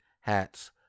Hats